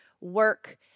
WORK